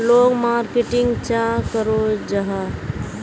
लोग मार्केटिंग चाँ करो जाहा?